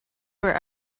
were